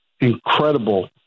incredible